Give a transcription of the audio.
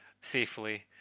safely